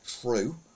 true